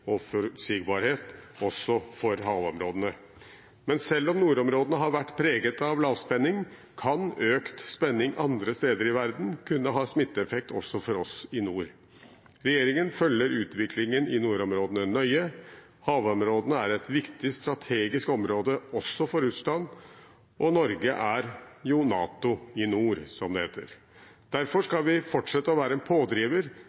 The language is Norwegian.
og forutsigbarhet også for havområdene. Men selv om nordområdene har vært preget av lavspenning, kan økt spenning andre steder i verden ha smitteeffekt også for oss i nord. Regjeringen følger utviklingen i nordområdene nøye. Havområdene er et viktig strategisk område også for Russland. Norge er NATO i nord, som det heter. Derfor skal vi fortsette å være en pådriver